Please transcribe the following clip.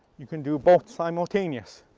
you can do both simultaneous.